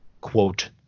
quote